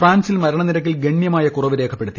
ഫ്രാൻസിൽ മരണ നിരക്കിൽ ഗണ്യമായ കുറവ് രേഖപ്പെടുത്തി